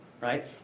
Right